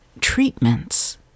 treatments